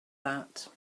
that